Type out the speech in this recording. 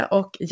och